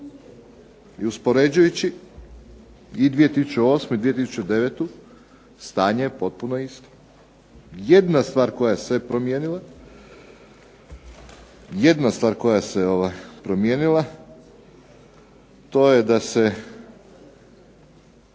i uspoređujući i 2008. i 2009. stanje je potpuno isto. Jedna stvar koja je se promijenila to je da se